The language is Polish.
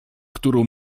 którą